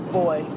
boy